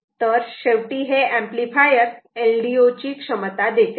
तर शेवटी हे ऍम्प्लिफायर LDO ची क्षमता देते